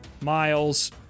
miles